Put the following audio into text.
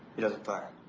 he doesn't fire?